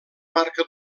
marca